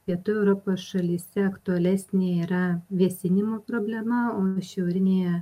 pietų europos šalyse aktualesnė yra vėsinimo problema o šiaurinėje